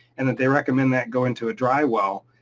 and that they recommend that go into a dry well,